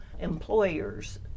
employers